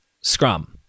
Scrum